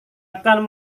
akan